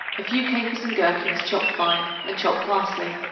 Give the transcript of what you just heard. a few capers and gherkins chopped fine and chopped parsley.